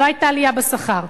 לא היתה עלייה בשכר.